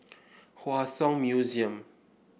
Hua Song Museum